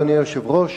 אדוני היושב-ראש,